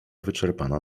wyczerpana